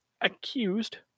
accused